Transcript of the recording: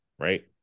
right